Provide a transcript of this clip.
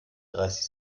dreißig